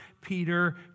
Peter